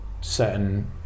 Certain